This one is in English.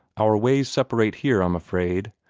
our ways separate here, i'm afraid.